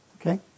Okay